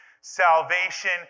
Salvation